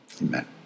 amen